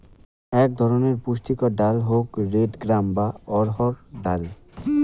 আক ধরণের পুষ্টিকর ডাল হউক রেড গ্রাম বা অড়হর ডাল